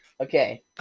okay